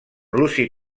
luci